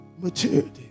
maturity